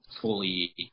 fully